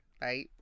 Bye